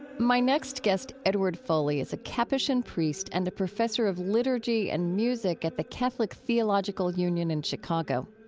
my next guest, edward foley, is a capuchin priest and a professor of liturgy and music at the catholic theological union in chicago.